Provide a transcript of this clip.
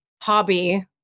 hobby